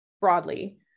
broadly